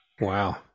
Wow